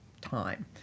time